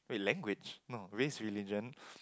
wait language no race religion